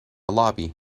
lobby